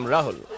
Rahul